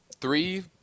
three